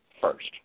first